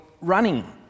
running